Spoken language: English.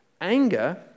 anger